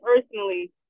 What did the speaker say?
personally